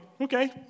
okay